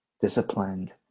disciplined